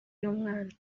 y’umwana